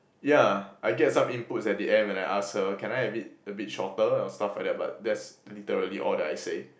ya I get some inputs at the end when I ask her can I have it a bit shorter or stuff like that but that's literally all that I say